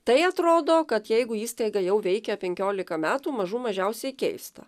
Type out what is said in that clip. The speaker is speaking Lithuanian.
tai atrodo kad jeigu įstaiga jau veikia penkiolika metų mažų mažiausiai keista